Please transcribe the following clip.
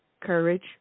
courage